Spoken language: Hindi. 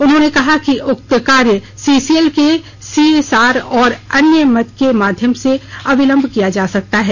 उन्होंने कहा कि उक्त कार्य सीसीएल के सीएसआर और अन्य मद के माध्यम से किया जा सकता है